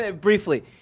briefly